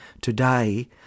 Today